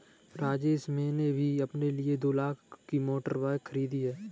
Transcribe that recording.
राजेश मैंने भी अपने लिए दो लाख की मोटर बाइक खरीदी है